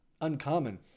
uncommon